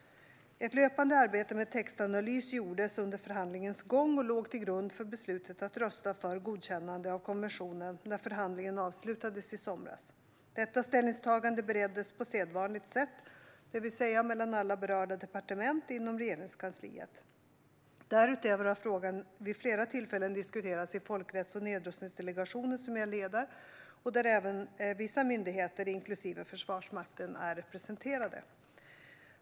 Ett löpande arbete med textanalys gjordes under förhandlingens gång och låg till grund för beslutet att rösta för godkännande av konventionen när förhandlingen avslutades i somras. Detta ställningstagande bereddes på sedvanligt sätt, det vill säga mellan alla berörda departement inom Regeringskansliet. Därutöver har frågan vid flera tillfällen diskuterats i Folkrätts och nedrustningsdelegationen, som jag leder och där även vissa myndigheter, inklusive Försvarsmakten, är representerade.